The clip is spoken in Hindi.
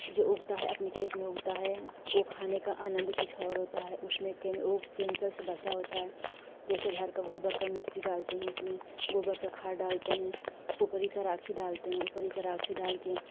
जो उगता है अपने खेत में उगता है वह खाने का आनंद ही कुछ और होता है उसमें केम वह केमिकल से बचा होता है जैसे घर का गोबर का मिट्टी डालते हैं उसमें गोबर का खाद डालते हैं उपरी का राखी डालते हैं उपरी का राखी डालकर